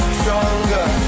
stronger